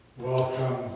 Welcome